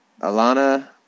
Alana